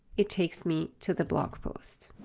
it takes me to the blog post.